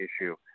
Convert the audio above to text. issue